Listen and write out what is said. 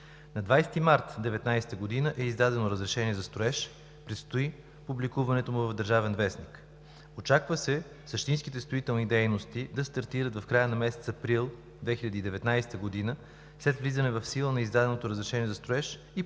На 20 март 2019 г. е издадено разрешение за строеж, предстои публикуването му в „Държавен вестник“. Очаква се същинските строителни дейности да стартират в края на месец април 2019 г. след влизане в сила на издаденото разрешение за строеж